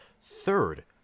third